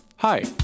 Hi